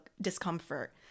discomfort